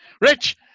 Rich